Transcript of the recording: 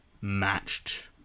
matched